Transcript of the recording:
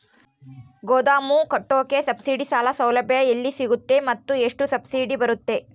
ಗೋದಾಮು ಕಟ್ಟೋಕೆ ಸಬ್ಸಿಡಿ ಸಾಲ ಸೌಲಭ್ಯ ಎಲ್ಲಿ ಸಿಗುತ್ತವೆ ಮತ್ತು ಎಷ್ಟು ಸಬ್ಸಿಡಿ ಬರುತ್ತೆ?